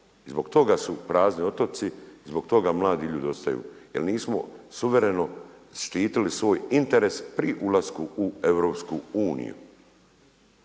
zbog toga su prazni otoci i zbog toga mladi ljudi ostaju jer nismo suvereno štitili svoj interes pri ulasku u EU. To je